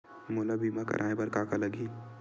मोला बीमा कराये बर का का लगही?